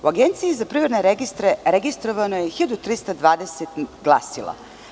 U Agenciji za privredne registre registrovano je 1320 glasila.